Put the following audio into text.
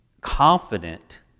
confident